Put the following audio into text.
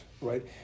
right